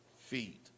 feet